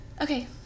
okay